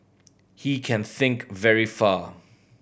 he can think very far